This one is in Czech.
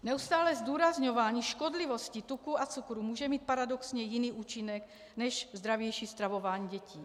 Neustálé zdůrazňování škodlivosti tuků a cukrů může mít paradoxně jiný účinek než zdravější stravování dětí.